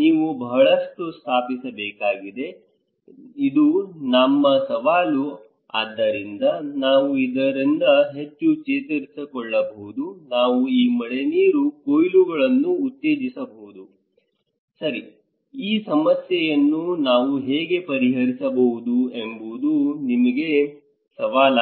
ನೀವು ಬಹಳಷ್ಟು ಸ್ಥಾಪಿಸಬೇಕಾಗಿದೆ ಇದು ನಮ್ಮ ಸವಾಲು ಆದ್ದರಿಂದ ನಾವು ಇದರಿಂದ ಹೇಗೆ ಚೇತರಿಸಿಕೊಳ್ಳಬಹುದು ನಾವು ಈ ಮಳೆನೀರು ಕೊಯ್ಲುಗಳನ್ನು ಉತ್ತೇಜಿಸಬಹುದು ಸರಿ ಈ ಸಮಸ್ಯೆಯನ್ನು ನಾವು ಹೇಗೆ ಪರಿಹರಿಸಬಹುದು ಎಂಬುದು ನಮ್ಮ ಸವಾಲಾಗಿದೆ